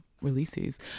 releases